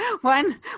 One